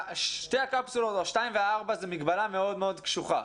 ששתי הקפסולות או ה-2 וה-4 הן מגבלה מאוד קשוחה.